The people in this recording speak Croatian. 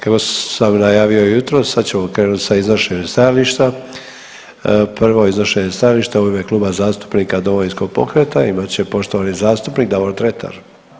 Kao što sam najavio jutros sad ćemo krenut sa iznošenjem stajališta, prvo iznošenje stajališta u ime Kluba zastupnika Domovinskog pokreta imat će poštovani zastupnik Davor Dretar.